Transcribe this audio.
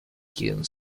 quién